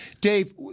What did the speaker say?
Dave